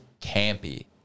campy